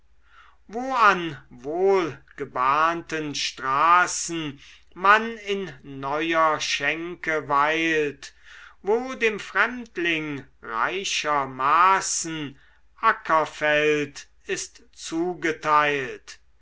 wo an wohlgebahnten straßen man in neuer schenke weilt wo dem fremdling reicher maßen ackerfeld ist zugeteilt